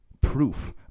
proof